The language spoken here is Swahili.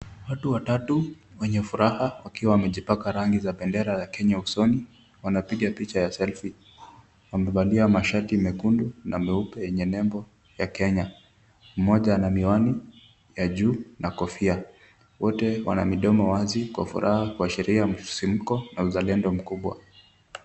Watu watatu wenye furaha wakiwa wamejipaka rangi za bendera ya Kenya usoni wanapiga picha ya selfie , wamevalia mashati mekundu na meupe yenye nembo ya Kenya, mmoja ana miwani ya juu na kofia, wote wana midomo wazi kwa furaha kuashiria msisimuko na uzalendo mkubwa.